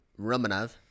Romanov